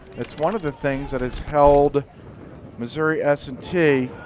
it's one of the things that is held missouri s and t.